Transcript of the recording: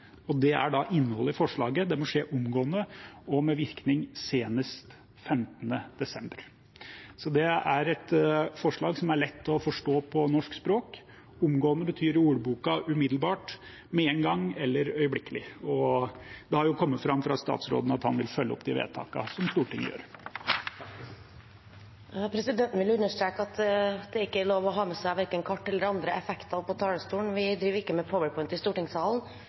Det er innholdet i forslaget: Det må skje «omgående», og med virkning senest 15 desember. Det er et forslag som er lett å forstå på norsk språk – «omgående» betyr ifølge ordboka umiddelbart, med en gang eller øyeblikkelig. Og det har jo kommet fram fra statsråden at han vil følge opp de vedtakene som Stortinget gjør. Presidenten vil understreke at det ikke er lov til å ha med seg verken kart eller andre effekter opp på talerstolen. Vi driver ikke med powerpoint i stortingssalen.